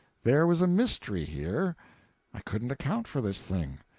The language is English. there was a mystery here i couldn't account for this thing.